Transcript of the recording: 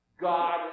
God